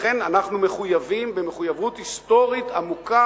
ולכן אנחנו מחויבים במחויבות היסטורית עמוקה